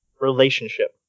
relationship